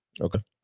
okay